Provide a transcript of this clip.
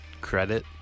credit